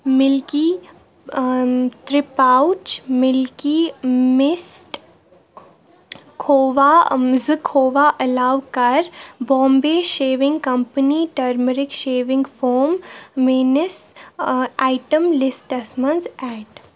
milky tray pouch milky mist khoya زٕ کھوواعلاوٕ کَر Bombay shaving company turmeric shaving foam mayonnaise item لسٹَس منٛز ایڈ